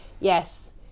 Yes